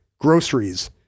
groceries